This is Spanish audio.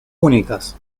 únicas